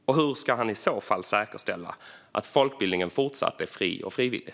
Och hur ska han i så fall säkerställa att folkbildningen fortsatt är fri och frivillig?